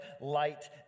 light